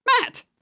Matt